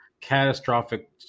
catastrophic